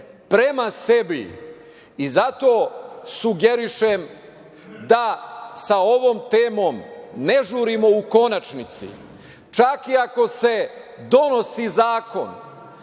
prema sebi i zato sugerišem da sa ovom temom ne žurimo u konačnici, čak i ako se donosi zakon,